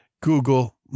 Google